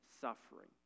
suffering